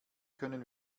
können